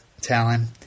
Talon